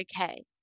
okay